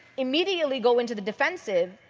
immediately go into the defensive.